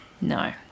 No